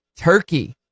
turkey